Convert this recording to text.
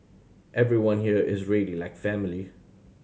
everyone here is really like family